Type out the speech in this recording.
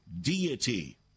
deity